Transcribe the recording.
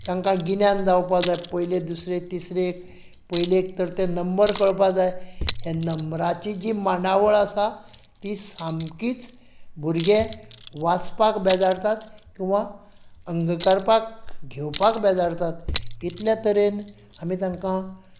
तांकां गिन्यान जावपाक जाय पयले दुसरे तिसरेक पयलेक तर ते नंबर कळपाक जाय त्या नंबराची जी मांडावळ आसा ती सामकीच भुरगे वाचपाक बेजारतात किंवा अंक करपाक घेवपाक बेजारतात इतले तरेन आमी तांकां